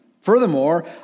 Furthermore